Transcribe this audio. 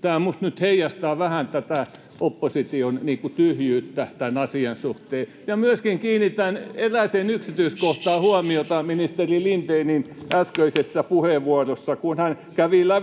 Tämä minusta nyt heijastaa vähän tätä opposition tyhjyyttä tämän asian suhteen. [Välihuutoja kokoomuksen ryhmästä] Ja myöskin kiinnitän huomiota erääseen yksityiskohtaan [Hälinää — Puhemies: Shh!] ministeri Lindénin äskeisessä puheenvuorossa, kun hän kävi lävitse